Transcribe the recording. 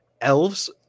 elves